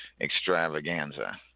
extravaganza